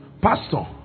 Pastor